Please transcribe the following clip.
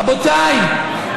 רבותיי,